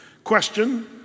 Question